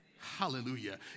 Hallelujah